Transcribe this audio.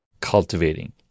cultivating